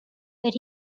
but